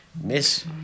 Miss